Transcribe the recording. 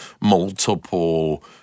multiple